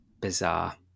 bizarre